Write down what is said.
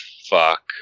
fuck